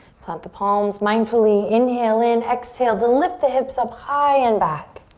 plant the palms mindfully, inhale in, exhale to lift the hips up high and back.